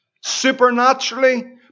supernaturally